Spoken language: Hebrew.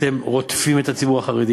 אתם רודפים את הציבור החרדי